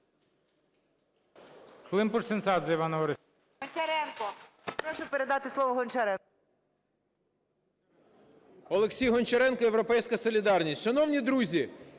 Олексій Гончаренко, "Європейська солідарність". Шановні друзі,